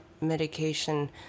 medication